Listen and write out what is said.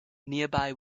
nearby